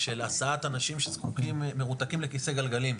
של הסעת אנשים שמרותקים לכיסא גלגלים.